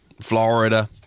Florida